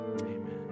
Amen